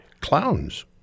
clowns